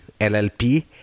LLP